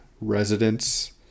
residents